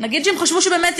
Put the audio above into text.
נגיד שהם חשבו שהוא באמת,